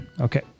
okay